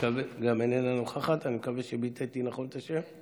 איננה נוכחת, אני מקווה שביטאתי נכון את השם,